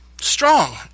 strong